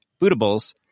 bootables